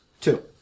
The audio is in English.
two